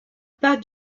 pas